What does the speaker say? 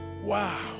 Wow